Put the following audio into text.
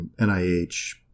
NIH